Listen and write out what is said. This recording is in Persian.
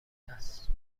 است